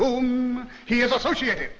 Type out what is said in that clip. whom he is associated